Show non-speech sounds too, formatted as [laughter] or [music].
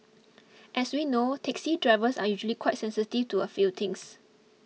[noise] as we know taxi drivers are usually quite sensitive to a few things